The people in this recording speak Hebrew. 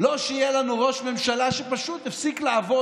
לא שיהיה לנו ראש ממשלה שפשוט הפסיק לעבוד